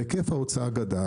היקף ההוצאה גדל,